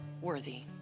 worthy